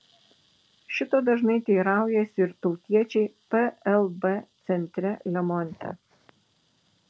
šito dažnai teiraujasi ir tautiečiai plb centre lemonte